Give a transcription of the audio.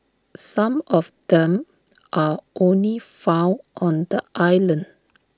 some of them are only found on the island